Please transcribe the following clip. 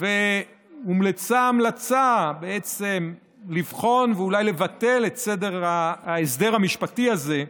והומלצה המלצה בעצם לבחון ואולי לבטל את ההסדר המשפטי הזה,